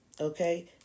okay